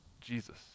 Jesus